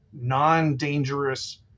non-dangerous